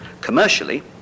Commercially